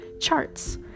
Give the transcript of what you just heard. Charts